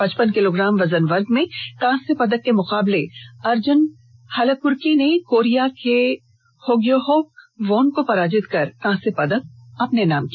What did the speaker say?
पचपन किलोग्राम वजन वर्ग में कांस्य पदक के मुकाबले में अर्जुन हालाकुर्कि ने कोरिया के डोगह्येओक वोन को पराजित कर कांस्य पदक अपने नाम किया